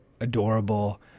adorable